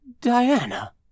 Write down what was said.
Diana